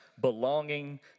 belonging